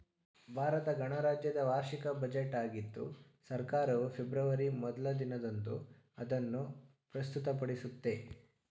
ಭಾರತ ಗಣರಾಜ್ಯದ ವಾರ್ಷಿಕ ಬಜೆಟ್ ಆಗಿದ್ದು ಸರ್ಕಾರವು ಫೆಬ್ರವರಿ ಮೊದ್ಲ ದಿನದಂದು ಅದನ್ನು ಪ್ರಸ್ತುತಪಡಿಸುತ್ತೆ